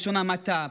בלשון המעטה.